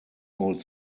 old